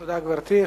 תודה, גברתי.